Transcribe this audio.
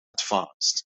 advanced